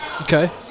Okay